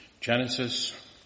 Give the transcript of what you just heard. Genesis